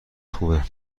خوبه